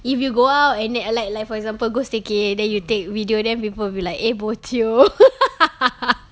if you go out and then i~ like like for example go staycay then you take video then people will be like eh bo jio